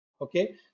Okay